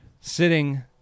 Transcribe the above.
sitting